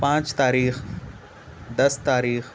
پانچ تاریخ دس تاریخ